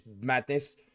madness